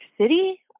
city